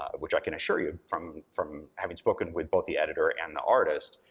which i can assure you, from from having spoken with both the editor and the artist,